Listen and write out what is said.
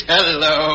Hello